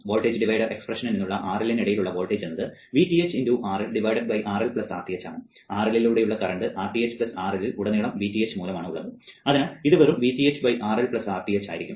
voltage divider എക്സ്പ്രഷനിൽ നിന്നുള്ള RLനിടയിലുള്ള വോൾട്ടേജ് എന്നത് Vth x RL RL Rth ആണ് RL ലൂടെയുള്ള കറന്റ് Rth RL ൽ ഉടനീളം Vth മൂലം ആണ് അതിനാൽ ഇത് വെറും Vth RL Rth ആയിരിക്കും